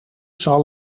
zal